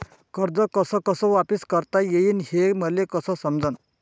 कर्ज कस कस वापिस करता येईन, हे मले कस समजनं?